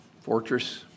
fortress